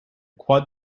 quad